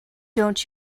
don’t